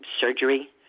surgery